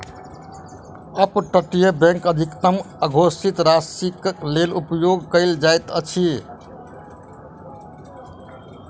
up तटीय bank अधिकतम अघोषित राशिक लेल उपयोग कयल जाइत अछि